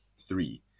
three